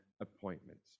appointments